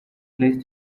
place